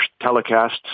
telecasts